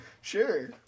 sure